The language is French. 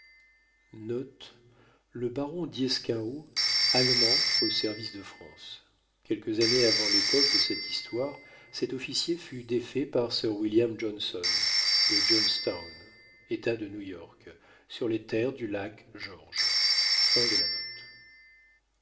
allemand au service de france quelques années avant l'époque de cette histoire cet officier fut défait par sir william johnson de johnstown état de new-york sur les terres du lac george